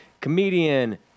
Comedian